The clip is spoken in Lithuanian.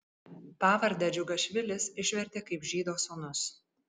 pavardę džiugašvilis išvertė kaip žydo sūnus